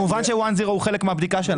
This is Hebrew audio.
כמובן בנק One Zero הוא חלק מהבדיקה שלנו.